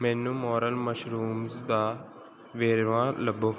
ਮੈਨੂੰ morel mushrooms ਦਾ ਵੇਰਵਾ ਲੱਭੋ